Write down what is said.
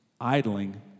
idling